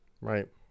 Right